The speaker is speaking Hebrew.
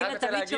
אני רק רוצה להגיד